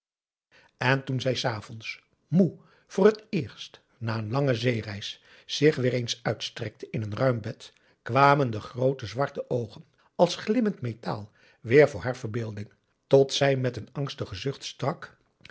en toen zij s avonds moe voor het eerst na een lange zeereis zich weer eens uitstrekte in een ruim bed kwamen de groote zwarte oogen als glimmend metaal weer voor haar verbeelding tot zij met een angstigen zucht strak